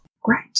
Great